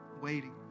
Waiting